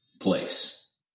place